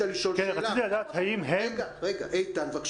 איתן, בבקשה.